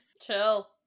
Chill